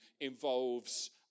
involves